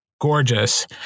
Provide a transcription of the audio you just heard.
Gorgeous